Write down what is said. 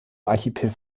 archipel